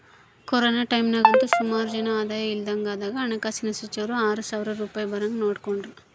corona ಟೈಮ್ನಾಗಂತೂ ಸುಮಾರು ಜನ ಆದಾಯ ಇಲ್ದಂಗಾದಾಗ ಹಣಕಾಸಿನ ಸಚಿವರು ಆರು ಸಾವ್ರ ರೂಪಾಯ್ ಬರಂಗ್ ನೋಡಿಕೆಂಡ್ರು